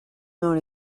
known